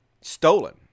stolen